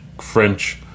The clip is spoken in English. French